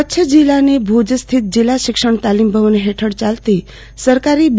college Kutch જિલ્લાની ભુજ સ્થિત જિલ્લા શિક્ષણ તાલીમ ભવન હેઠળ ચાલતી સરકારી બો